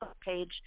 page